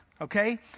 okay